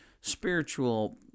spiritual